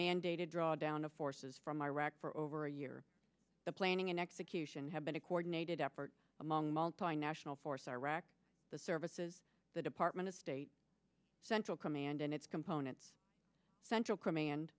mandated drawdown of forces from iraq for over a year the planning and execution have been a coordinated effort among multinational force iraq the services the department of state central command and its components central command